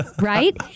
Right